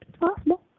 possible